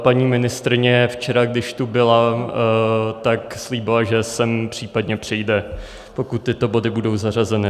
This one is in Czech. Paní ministryně včera, když tu byla, slíbila, že sem případně přijde, pokud tyto body budou zařazeny.